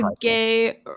gay